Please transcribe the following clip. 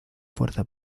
fuerza